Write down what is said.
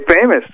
famous